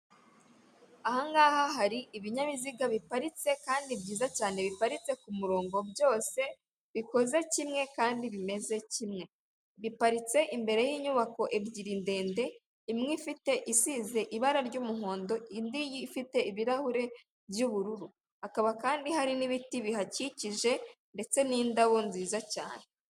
Aha ngaha hari ibinyabiziga biparitse kandi byiza cyane biparitse ku murongo byose, bikoze kimwe kandi bimeze kimwe. Biparitse imbere y'inyubako ebyiri ndende, imwe ifite isize ibara ry'umuhondo, indi ifite ibirahure by'ubururu. Hakaba kandi hari n'ibiti bihakikije ndetse n'indabo nziza cyane.